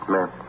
Ma'am